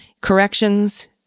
Corrections